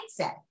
mindset